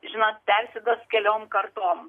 žinot persiduos keliom kartom